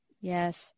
Yes